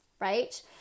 right